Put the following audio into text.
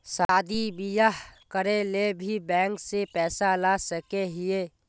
शादी बियाह करे ले भी बैंक से पैसा ला सके हिये?